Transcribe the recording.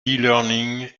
learning